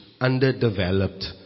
underdeveloped